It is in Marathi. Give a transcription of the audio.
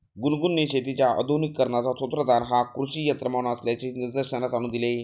गुनगुनने शेतीच्या आधुनिकीकरणाचा सूत्रधार हा कृषी यंत्रमानव असल्याचे निदर्शनास आणून दिले